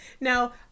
now